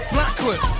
Blackwood